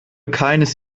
keines